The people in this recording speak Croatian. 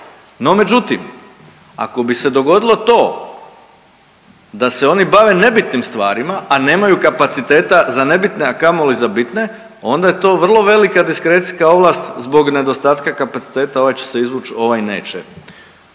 No, međutim ako bi se dogodilo to da se oni bave nebitnim stvarima, a nemaju kapaciteta za nebitne, a kamoli za bitne onda je to vrlo velika diskrecijska ovlast zbog nedostatka kapaciteta ovaj će se izvući ovaj neće.